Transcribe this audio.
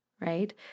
right